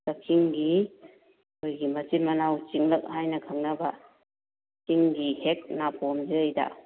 ꯀꯥꯛꯆꯤꯡꯒꯤ ꯑꯩꯈꯣꯏꯒꯤ ꯃꯆꯤꯟ ꯃꯅꯥꯎ ꯆꯤꯡꯂꯛ ꯍꯥꯏꯅ ꯈꯪꯅꯕ ꯆꯤꯡꯒꯤ ꯍꯦꯛ ꯅꯥꯄꯣꯝꯁꯤꯗꯩꯗ